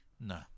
No